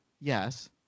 Yes